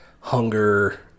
hunger